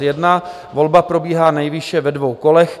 1. Volba probíhá nejvýše ve dvou kolech.